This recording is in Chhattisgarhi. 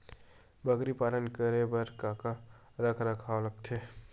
बकरी पालन करे बर काका रख रखाव लगथे?